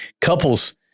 Couples